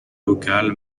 local